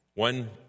One